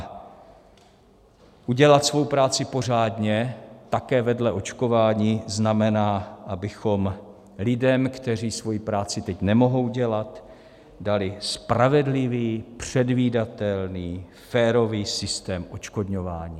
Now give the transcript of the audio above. A udělat svou práci pořádně také vedle očkování znamená, abychom lidem, kteří svoji práci teď nemohou dělat, dali spravedlivý, předvídatelný, férový systém odškodňování.